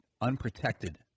unprotected